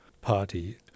party